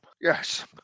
Yes